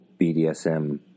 BDSM